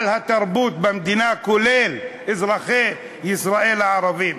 לתרבות במדינה, כולל אזרחי ישראל הערבים.